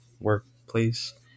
workplace